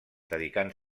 dedicant